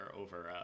over